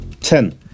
Ten